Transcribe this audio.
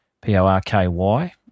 P-O-R-K-Y